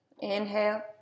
Inhale